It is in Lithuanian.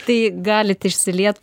tai galit išsiliet